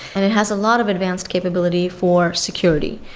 and it has a lot of advanced capability for security,